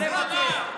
עם ישראל שילם לכם כסף.